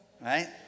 right